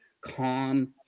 calm